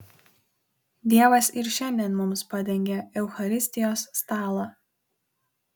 dievas ir šiandien mums padengia eucharistijos stalą